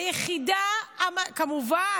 כמובן,